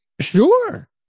Sure